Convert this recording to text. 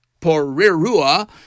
Porirua